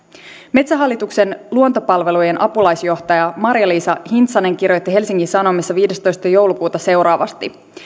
metsähallituksen luontopalvelujen apulaisjohtaja marja liisa hintsanen kirjoitti helsingin sanomissa viidestoista joulukuuta seuraavasti